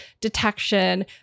detection